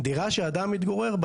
דירה שאדם מתגורר בה,